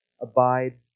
abide